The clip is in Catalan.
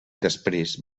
després